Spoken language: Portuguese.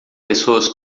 pessoas